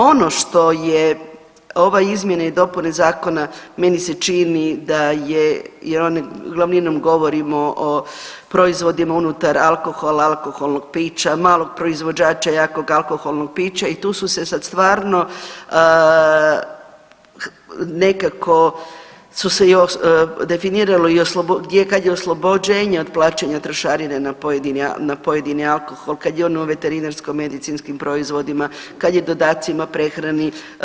Ono što je ove izmjene i dopune zakona, meni se čini da je, jer one glavninom govorimo o proizvodima unutar alkohola ili alkoholnog pića, malo proizvođača alkoholnog pića i tu su se sad stvarno nekako se definiralo, kad je oslobođenje od plaćanja trošarine na pojedini alkohol, kad je on u veterinarsko-medicinskim proizvodima, kad je dodacima prehrani.